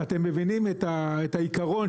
אתם מבינים את העיקרון,